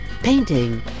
painting